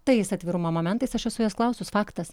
tais atvirumo momentais aš esu jos klausus faktas